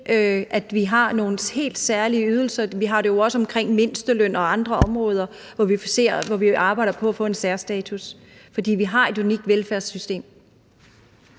at vi har nogle helt særlige ydelser. Vi har det jo også omkring mindsteløn og på andre områder, hvor vi arbejder på at få en særstatus. For vi har et unikt velfærdssystem.